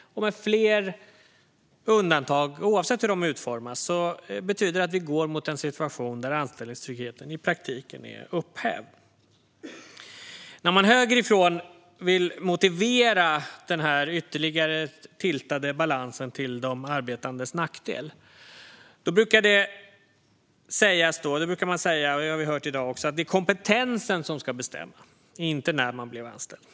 Med fler undantag, oavsett hur de utformas, betyder det att vi går mot en situation där anställningstryggheten i praktiken är upphävd. När man högerifrån vill motivera denna ytterligare tiltade balans till de arbetandes nackdel brukar man säga - det har vi hört i dag också - att det är kompetensen som ska bestämma, inte när man blev anställd.